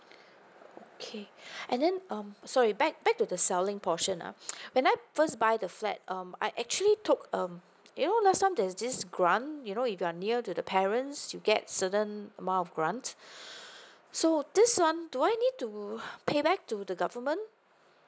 okay and then um sorry back back to the selling portion uh when I first buy the flat um I actually took um you know last time there's this grant you know if you are near to the parents you get certain um amount of grant so this one do I need to pay back to the government